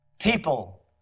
People